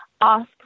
ask